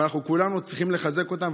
ואנחנו כולנו צריכים לחזק אותם.